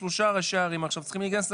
ראשי ערים צריכים להיכנס ללחץ,